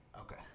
Okay